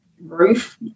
roof